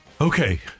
Okay